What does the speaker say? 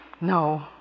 No